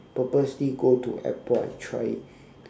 purposely go to airport and try it